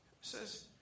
says